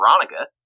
Veronica